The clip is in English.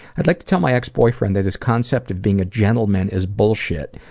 i'd like to tell my ex-boyfriend that his concept of being a gentleman is bullshit.